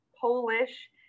Polish